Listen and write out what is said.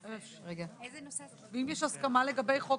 15:21.